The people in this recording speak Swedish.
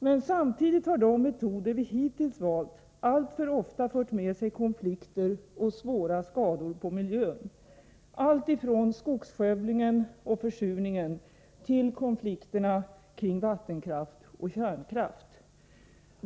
Men samtidigt har de metoder vi hittills valt alltför ofta fört med sig konflikter och svåra skador på miljön — alltifrån skogsskövlingen och försurningen till konflikterna kring vattenkraft och kärnkraft.